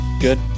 good